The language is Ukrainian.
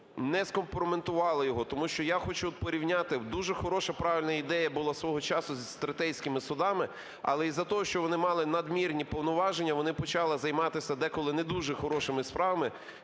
нескомпроментували його, тому що я хочу порівняти. Дуже хороша, правильна ідея була свого часу з третейськими судами. Але із-за того, що вони мали надмірні повноваження, вони почали займатися деколи недуже хорошими справами,